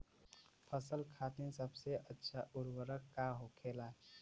फसल खातीन सबसे अच्छा उर्वरक का होखेला?